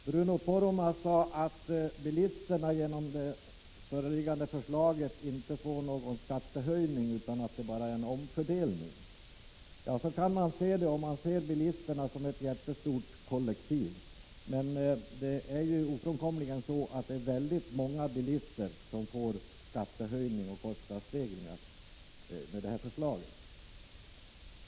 Fru talman! Bruno Poromaa sade att bilisterna genom det föreliggande förslaget inte får någon skattehöjning utan att det bara är en omfördelning. Ja, så kan man se det, om man betraktar bilisterna som ett jättestort kollektiv. Men det är ju ofrånkomligen så att många bilister får skattehöjning och kostnadsstegringar med det här förslaget.